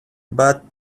but